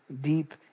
deep